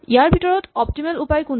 ইয়াৰ ভিতৰত অপ্তিমেল উপায় কোনটো